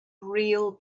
real